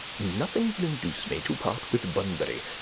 nothing will induce me to part with bunbury,